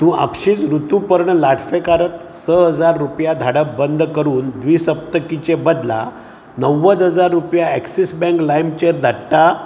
तूं आपशींच ऋतुपर्ण लाडफेकाराक स हजार रुपया धाडप बंद करून द्विसप्तकिचे बदला णव्वद हजार रुपया ॲक्सिस बँक लायमचेर धाडटा